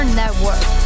network